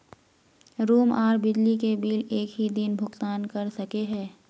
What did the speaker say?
Room आर बिजली के बिल एक हि दिन भुगतान कर सके है?